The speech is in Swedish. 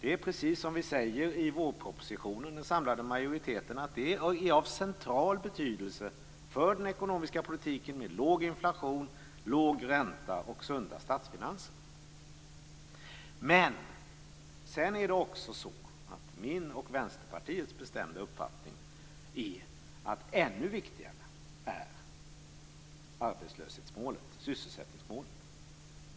Det är precis vad den samlade majoriteten säger i vårpropositionen, nämligen att det är av central betydelse för den ekonomiska politiken med låg inflation, låg ränta och sunda statsfinanser. Min och Vänsterpartiets bestämda uppfattning är att det är ännu viktigare med arbetslöshets och sysselsättningsmålet.